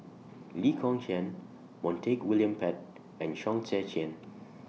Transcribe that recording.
Lee Kong Chian Montague William Pett and Chong Tze Chien